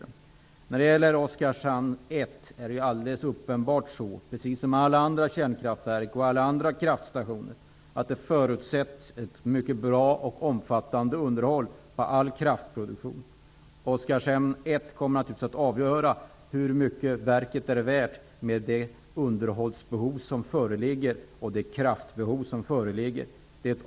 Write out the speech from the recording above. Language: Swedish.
När det gäller Oskarshamn 1, är det helt uppenbart, precis som med alla andra kärnkraftverk och alla andra kraftstationer, att det förutsätts ett mycket bra och omfattande underhåll av all kraftproduktion. Hur mycket Oskarshamn 1 kommer att vara värt beror naturligtvis på det underhållsbehov och det kraftbehov som föreligger.